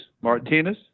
Martinez